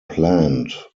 planned